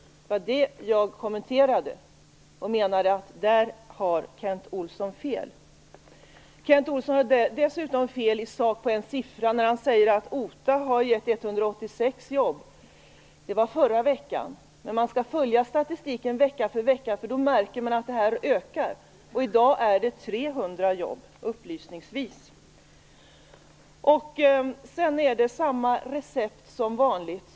Jag menar att Kent Olsson har fel i detta. Dessutom har han fel i sak på en siffra när han säger att OTA har gett 186 jobb. Det var i förra veckan! Man skall följa statistiken vecka för vecka. Då märker man nämligen att antalet ökar. I dag finns det upplysningsvis 300 jobb. Moderaterna har samma recept som vanligt.